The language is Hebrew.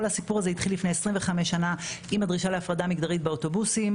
כל הסיפור הזה התחיל לפני 25 שנה עם הדרישה להפרדה מגדרית באוטובוסים.